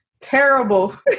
terrible